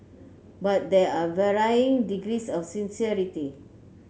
but there are varying degrees of sincerity